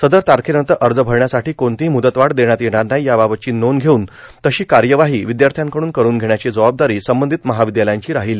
सदर तारखेनंतर अर्ज भरण्यासाठी कोणतीही म्दतवाढ देण्यात येणार नाही याबाबतची नोंद घेऊन तशी कार्यवाही विद्यार्थांकडून करुन घेण्याची जबाबदारी संबंधित महाविद्यालयाची राहील